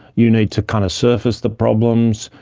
you need to kind of surface the problems.